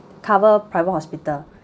cover private hospital